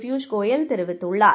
பியூ ஸ்கோயல்தெரிவித்துள்ளார்